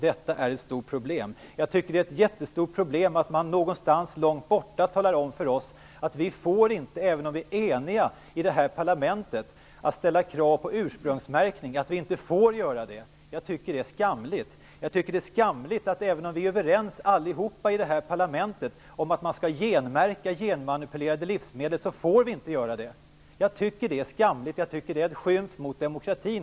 Detta är ett stort problem. Jag tycker att det är ett jättestort problem att man någonstans långt borta talar om för oss att vi, även om vi är eniga i parlamentet, inte får ställa krav på ursprungsmärkning, att vi inte får göra det. Jag tycker att det är skamligt. Jag tycker att det är skamligt att vi, även om vi är överens om att man skall genmärka genmanipulerade livsmedel, inte får göra det. Jag tycker att det är en skymf mot demokratin.